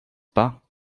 pas